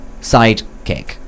Sidekick